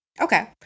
Okay